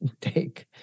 take